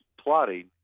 plotting